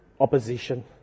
Opposition